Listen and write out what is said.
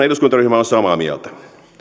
eduskuntaryhmä on on samaa mieltä